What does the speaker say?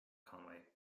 conway